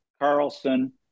Carlson